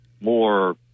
more